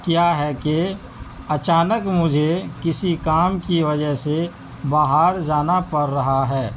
کیا ہے کہ اچانک مجھے کسی کام کی وجہ سے باہر جانا پڑ رہا ہے